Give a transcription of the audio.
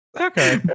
okay